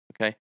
okay